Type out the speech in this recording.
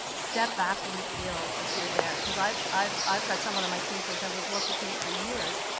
step back when you feel like you're there. cause i've. i've i've got someone on my team, for example, who's worked with me for years,